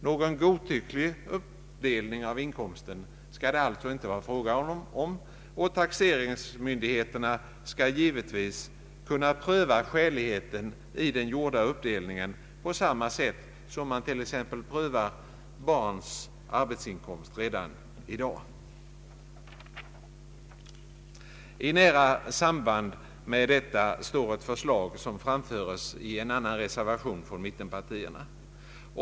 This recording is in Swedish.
Någon godtycklig uppdelning av inkomsten skall det alltså inte var fråga om, och taxeringsmyndigheterna skall givetvis kunna pröva skäligheten i den gjorda uppdelningen på samma sätt som man t.ex. prövar barns arbetsinkomst redan i dag. I nära samband med detta står ett förslag som framförs i en annan reservation från mittenpartierna.